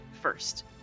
first